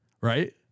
right